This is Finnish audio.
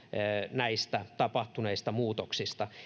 tapahtuneista muutoksista